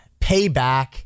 payback